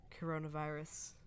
coronavirus